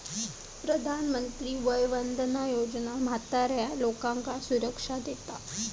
प्रधानमंत्री वय वंदना योजना म्हाताऱ्या लोकांका सुरक्षा देता